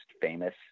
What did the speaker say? famous